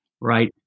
right